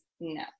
no